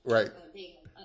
Right